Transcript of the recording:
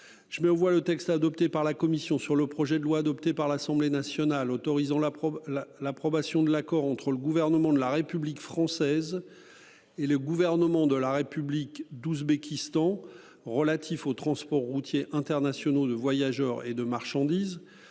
je me vois le texte adopté par la commission sur le projet de loi adopté par l'Assemblée nationale, autorisant la la l'approbation de l'accord entre le gouvernement de la République française. Et le gouvernement de la République d'Ouzbékistan relatif aux transports routiers internationaux de voyageurs et de marchandises.